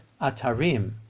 atarim